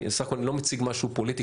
סך הכול אני לא מציג משהו פוליטי,